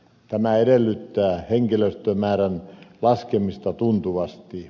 tämä edellyttää henkilöstömäärän laskemista tuntuvasti